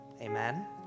Amen